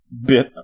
Bit